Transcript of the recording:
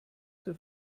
zur